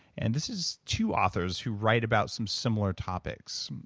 and this is two authors who write about some similar topics.